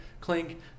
clink